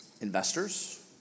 investors